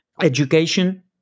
education